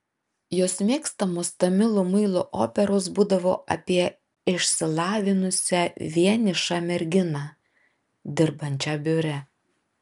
jos mėgstamos tamilų muilo operos būdavo apie išsilavinusią vienišą merginą dirbančią biure